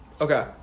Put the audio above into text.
Okay